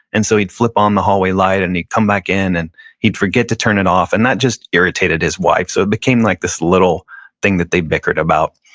and so he'd flip on the hallway light and he come back in and he'd forget to turn it off and that just irritated his wife, so it became like this little thing that they bickered about.